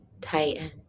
tighten